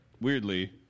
weirdly